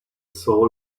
soul